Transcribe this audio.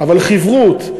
אבל חִברות,